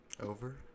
over